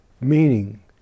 Meaning